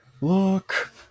Look